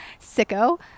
Sicko